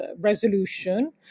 resolution